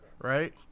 right